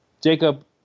Jacob